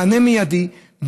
מענה מיידי,